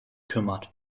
kümmert